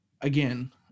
again